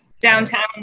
Downtown